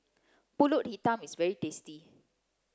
Pulut Hitam is very tasty